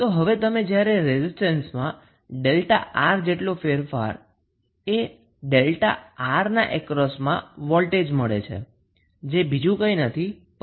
તો હવે તમે જ્યારે રેઝિસ્ટન્સમાં 𝛥𝑅 જેટલો ફેરફાર એ 𝛥𝑅 ના અક્રોસમાં વોલ્ટેજ મળે છે જે બીજું કંઈ નથી પરંતુ 𝐼𝛥𝑅 છે